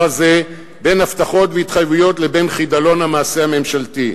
הזה בין הבטחות והתחייבויות לבין חדלון המעשה הממשלתי.